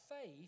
faith